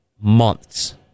months